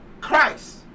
Christ